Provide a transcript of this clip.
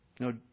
No